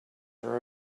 her